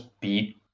beat